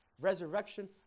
resurrection